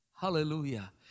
Hallelujah